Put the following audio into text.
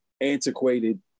antiquated